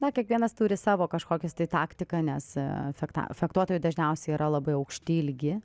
na kiekvienas turi savo kažkokias tai taktiką nes efekta fechtuotojai dažniausiai yra labai aukšti ilgi